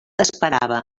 esperava